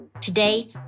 Today